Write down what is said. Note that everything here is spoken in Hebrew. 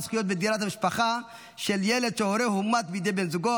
זכויות בדירת המשפחה של ילד שהורהו הומת בידי בן זוגו,